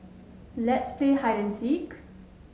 let's play hide and seek